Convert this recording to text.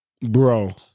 Bro